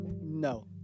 No